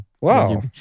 Wow